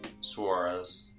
Suarez